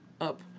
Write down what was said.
up